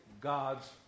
God's